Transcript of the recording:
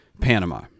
Panama